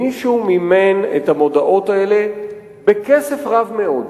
מישהו מימן את המודעות האלה בכסף רב מאוד.